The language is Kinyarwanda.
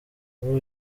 muri